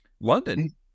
London